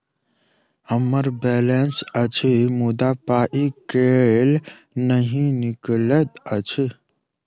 हम्मर बैलेंस अछि मुदा पाई केल नहि निकलैत अछि?